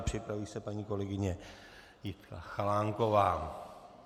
Připraví se paní kolegyně Jitka Chalánková.